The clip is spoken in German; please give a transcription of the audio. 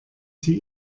sie